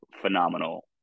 phenomenal